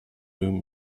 whom